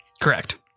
Correct